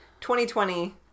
2020